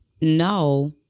no